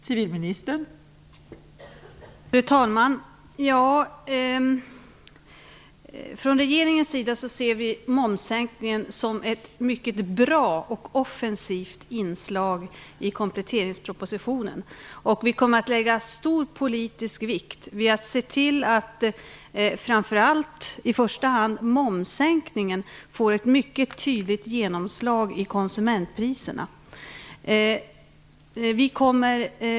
Fru talman! Från regeringens sida ser vi momssänkningen som ett mycket bra och offensivt inslag i kompletteringspropositionen. Vi kommer att lägga stor politisk vikt vid att se till att momssänkningen i första hand får ett mycket tydligt genomslag i konsumentpriserna.